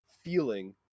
feeling